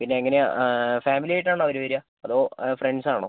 പിന്നെ എങ്ങനെയാണ് ഫാമിലി ആയിട്ടാണോ അവർ വരിക അതോ ഫ്രണ്ട്സ് ആണോ